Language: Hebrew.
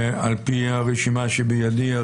על פי הרשימה שבידי,